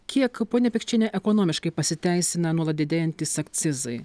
kiek ponia pikčiene ekonomiškai pasiteisina nuolat didėjantys akcizai